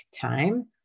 time